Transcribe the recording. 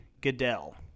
goodell